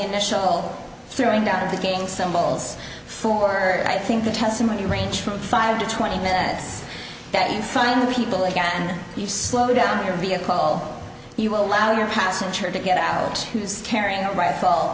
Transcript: initial throwing down of the gang symbols for and i think the testimony range from five to twenty minutes that you find the people again you slow down your vehicle you allow your passenger to get out who's carrying a rifle